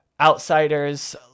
outsiders